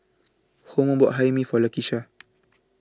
Homer bought Hae Mee For Lakesha